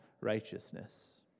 righteousness